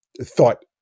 thought